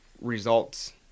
results